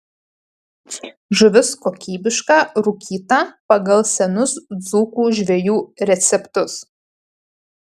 žuvis kokybiška rūkyta pagal senus dzūkų žvejų receptus